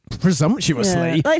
Presumptuously